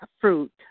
fruit